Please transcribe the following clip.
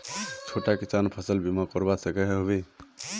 छोटो किसान फसल बीमा करवा सकोहो होबे?